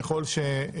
כ"ב בשבט התשפ"ב,